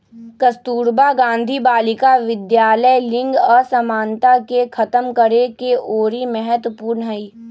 कस्तूरबा गांधी बालिका विद्यालय लिंग असमानता के खतम करेके ओरी महत्वपूर्ण हई